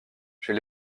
chez